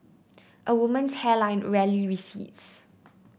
a woman's hairline rarely recedes